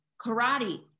Karate